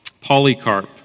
Polycarp